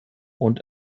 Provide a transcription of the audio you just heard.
und